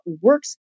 works